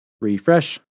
refresh